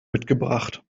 mitgebracht